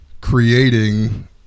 creating